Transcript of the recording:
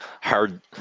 hard